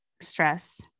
stress